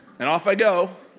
and off i go,